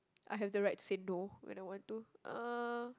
I have the right to say no when I want to uh